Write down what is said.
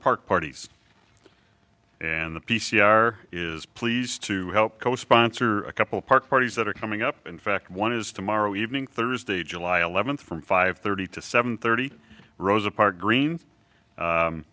park parties and the p c r is pleased to help co sponsor a couple park parties that are coming up in fact one is tomorrow evening thursday july eleventh from five thirty to seven thirty rosa park green